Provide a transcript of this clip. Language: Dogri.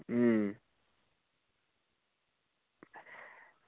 अं